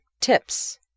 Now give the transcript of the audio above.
tips